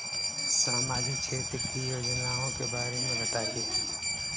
सामाजिक क्षेत्र की योजनाओं के बारे में बताएँ?